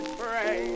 pray